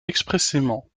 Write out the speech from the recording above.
expressément